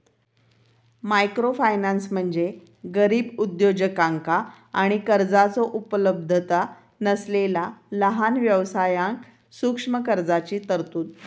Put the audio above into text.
microfinance म्हणजे गरीब उद्योजकांका आणि कर्जाचो उपलब्धता नसलेला लहान व्यवसायांक सूक्ष्म कर्जाची तरतूद